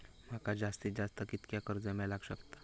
माका जास्तीत जास्त कितक्या कर्ज मेलाक शकता?